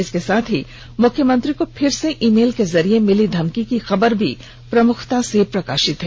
इसके साथ ही मुख्यमंत्री को फिर से ईमेल के जरिए मिली धमकी की खबर को भी प्रमुखता से प्रकाशित किया गया है